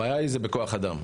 הבעיה היא בכוח האדם.